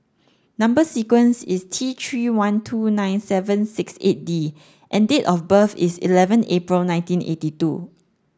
number sequence is T three one two nine seven six eight D and date of birth is eleven April nineteen eighty two